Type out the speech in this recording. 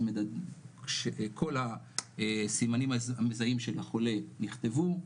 כל הסימנים המזהים של החולה נכתבו,